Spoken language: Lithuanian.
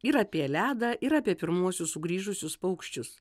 ir apie ledą ir apie pirmuosius sugrįžusius paukščius